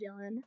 Dylan